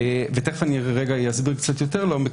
ותיכף אני אסביר יותר לעומק,